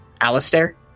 Alistair